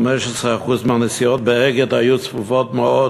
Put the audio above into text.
15% מהנסיעות ב"אגד" היו צפופות מאוד,